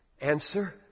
Answer